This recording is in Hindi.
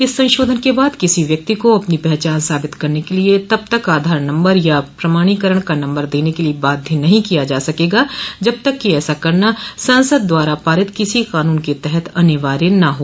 इस संशोधन के बाद किसी व्यक्ति को अपनी पहचान साबित करने के लिए तब तक आधार नम्बर या प्रमाणीकरण का नम्बर देने के लिए बाध्य नहीं किया जा सकेगा जब तक कि ऐसा करना संसद द्वारा पारित किसी कानून के तहत अनिवार्य न हो